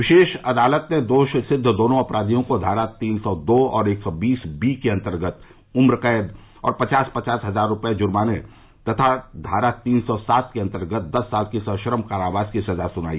विशेष अदालत ने दोष सिद्ध दोनों आरोपियों को धारा तीन सौ दो और एक सौ बीस बी के अन्तर्गत उम्रकैद और पचास पचास हजार रूपये जुर्मने तथा धारा तीन सौ सात के अन्तर्गत दस साल की सश्रम कारावास की सजा सुनाई